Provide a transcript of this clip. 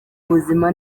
buzima